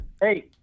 Hey